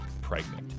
pregnant